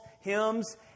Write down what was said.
hymns